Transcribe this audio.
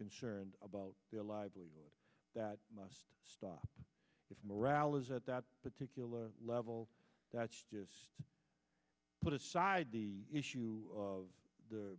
concerned about their livelihood that must stop if morale is at that particular level that's just put aside the issue of